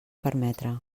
permetre